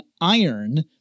iron